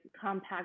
compact